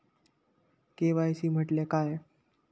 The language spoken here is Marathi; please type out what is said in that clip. के.वाय.सी म्हटल्या काय?